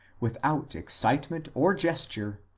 without excite ment or gesture,